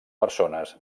persones